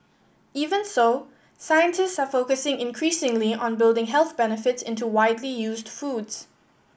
even so scientist are focusing increasingly on building health benefits into widely used foods